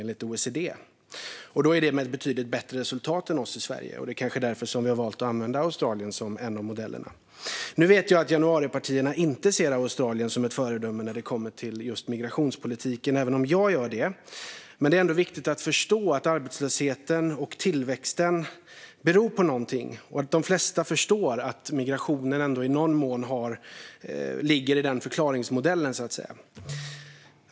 Men det sker med ett betydligt bättre resultat än i Sverige. Det kanske är därför som vi har valt att använda Australien som en av modellerna. Nu vet jag att januaripartierna inte ser Australien som ett föredöme när det kommer till migrationspolitiken, även om jag gör det. Men det är ändå viktigt att förstå att den växande arbetslösheten beror på någonting. De flesta förstår att migrationen i någon mån så att säga ligger i den förklaringsmodellen.